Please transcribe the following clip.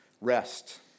rest